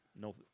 No